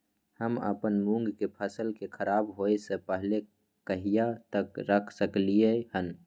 हम अपन मूंग के फसल के खराब होय स पहिले कहिया तक रख सकलिए हन?